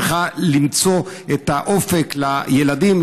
מדינת ישראל צריכה למצוא את האופק לילדים,